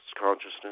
consciousness